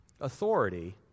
authority